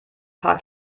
paar